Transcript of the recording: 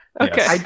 Okay